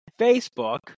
Facebook